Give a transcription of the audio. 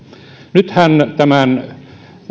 nythän tämän